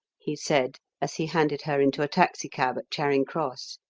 he said as he handed her into a taxicab at charing cross.